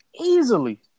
Easily